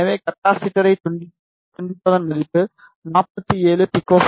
எனவே கப்பாசிட்டரை துண்டிப்பதன் மதிப்பு 47 பி